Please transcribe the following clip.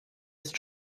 ist